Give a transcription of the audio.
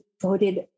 voted